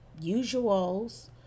usuals